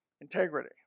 integrity